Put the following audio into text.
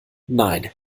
nein